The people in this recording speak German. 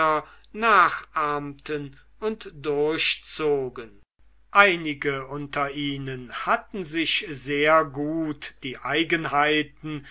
nachahmten und durchzogen einige unter ihnen hatten sich sehr gut die eigenheiten